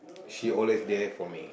she always there for me